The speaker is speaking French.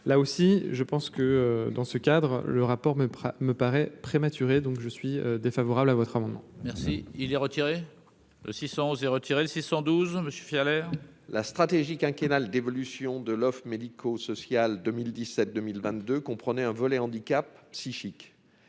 là aussi, je pense que dans ce cadre, le rapport mais pas me paraît prématuré, donc je suis défavorable à votre amendement. Merci, il est retiré 600 osé retirer le six cent douze me suffit à l'air. La stratégie quinquennale d'évolution de l'offre médico-social 2017, 2022 comprenait un volet handicap psychique,